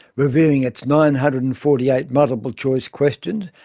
reviewing its nine hundred and forty eight multiple-choice questions,